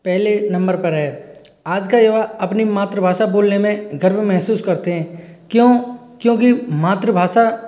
पहले नंबर पर है आज का युवा अपनी मातृभाषा बोलने में गर्व महसूस करते हैं क्यों क्योंकि मातृभाषा